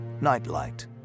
Nightlight